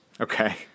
Okay